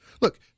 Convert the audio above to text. Look